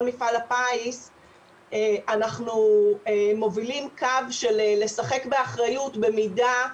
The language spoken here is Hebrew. מפעל הפיס אנחנו מובילים קו של "לשחק באחריות" במידה,